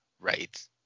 right